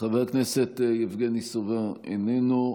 חבר הכנסת יבגני סובה, איננו.